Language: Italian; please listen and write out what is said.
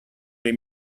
dei